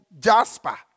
jasper